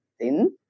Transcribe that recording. thin